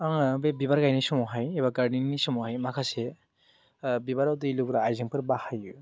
आङो बे बिबार गायनाय समावहाय एबा गारदेनिं समावहाय माखासे बिबाराव दै लुग्रा आइजेंफोर बाहायो